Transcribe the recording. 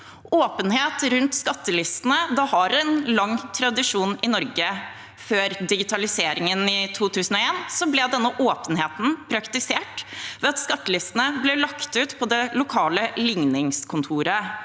Åpenhet rundt skattelistene har en lang tradisjon i Norge. Før digitaliseringen i 2001 ble denne åpenheten praktisert ved at skattelistene ble lagt ut på det lokale ligningskontoret.